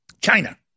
China